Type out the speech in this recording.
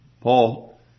Paul